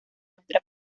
nuestra